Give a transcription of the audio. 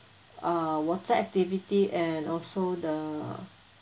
uh water activity and also the